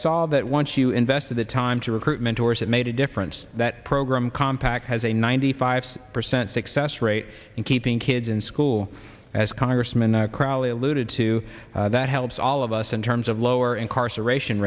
saw that once you invested the time to recruit mentors it made a difference that program compact has a ninety five percent success rate in keeping kids in school as congressman crowley alluded to that helps all of us in terms of lower incarceration